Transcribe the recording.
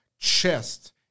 chest